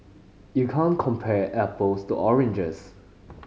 you can't compare apples to oranges